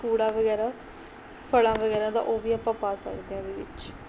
ਕੂੜਾ ਵਗੈਰਾ ਫਲ਼ਾਂ ਵਗੈਰਾ ਦਾ ਉਹ ਵੀ ਆਪਾਂ ਪਾ ਸਕਦੇ ਹਾਂ ਉਹਦੇ ਵਿੱਚ